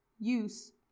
use